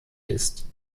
ist